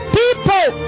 people